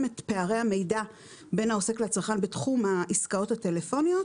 את פערי המידע בין העוסק לצרכן בתחום העסקאות הטלפוניות